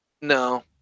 no